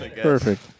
Perfect